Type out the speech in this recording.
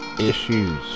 issues